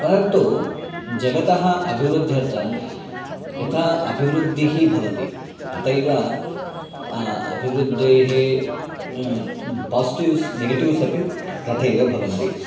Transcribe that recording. परन्तु जगतः अभिवृद्ध्यर्थं यथा अभिवृद्धिः भवति तथैव अभिवृद्धेः पास्टिव्स् नेगेटिव्स् अपि तथैव भवन्ति